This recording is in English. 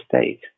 state